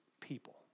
people